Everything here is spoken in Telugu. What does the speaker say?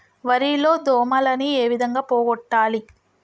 వరి లో దోమలని ఏ విధంగా పోగొట్టాలి?